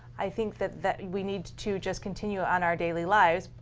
i think that that we need to just continue on our daily lives.